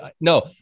No